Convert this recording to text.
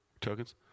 tokens